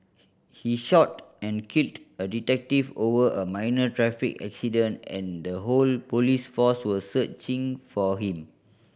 he shot and killed a detective over a minor traffic accident and the whole police force was searching for him